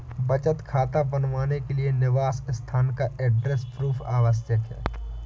बचत खाता बनवाने के लिए निवास स्थान का एड्रेस प्रूफ आवश्यक है